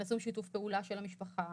מנסים שיתוף פעולה של המשפחה,